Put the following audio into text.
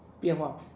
变化